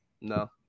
No